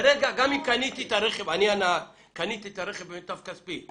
גם אם אני הנהג קניתי את הרכב במיטב כספי,